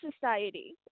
society